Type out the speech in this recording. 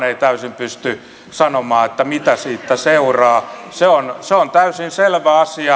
ei täysin pysty sanomaan mitä siitä seuraa se on se on täysin selvä asia